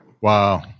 Wow